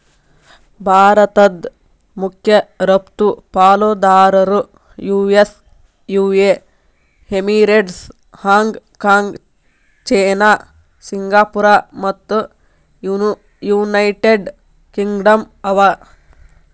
ಭಾರತದ್ ಮಖ್ಯ ರಫ್ತು ಪಾಲುದಾರರು US UAE Emirates, Hong Kong China Singapore ಮತ್ತು ಯುನೈಟೆಡ್ ಕಿಂಗ್ಡಮ್ ಅವ